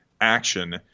action